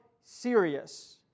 serious